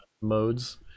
modes